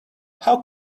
how